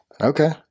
Okay